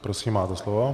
Prosím, máte slovo.